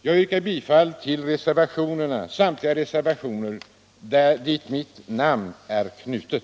Jag yrkar bifall till samtliga reservationer till vilka mitt namn är knutet.